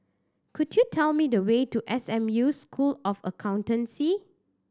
could you tell me the way to S M U School of Accountancy